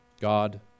God